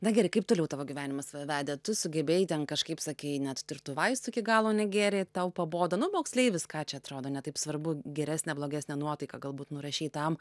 na gerai kaip toliau tavo gyvenimas va vedė tu sugebėjai ten kažkaip sakei net tu ir tų vaistų iki galo negėrei tau pabodo nu moksleivis ką čia atrodo ne taip svarbu geresnę blogesnę nuotaiką galbūt nurašei tam